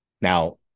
Now